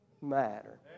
matter